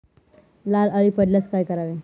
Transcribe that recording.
लाल अळी पडल्यास काय करावे?